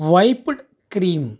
wiped cream